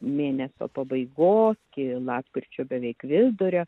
mėnesio pabaigos iki lapkričio beveik vidurio